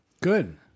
Good